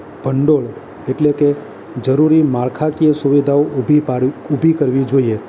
ભંડોળ એટલે કે જરૂરી માળખાકીય સુવિધાઓ ઉભી ઉભી કરવી જોઈએ